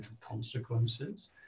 consequences